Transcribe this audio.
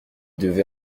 devez